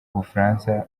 bufaransa